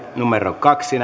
kaksi